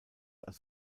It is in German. als